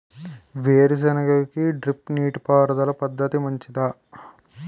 వేరుసెనగ కి డ్రిప్ నీటిపారుదల పద్ధతి మంచిదా?